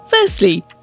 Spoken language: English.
Firstly